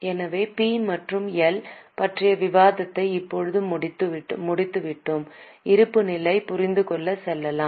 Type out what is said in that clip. எனவே பி மற்றும் எல் பற்றிய விவாதத்தை இப்போது முடித்துவிட்டோம் இருப்புநிலை புரிந்துகொள்ள செல்லலாம்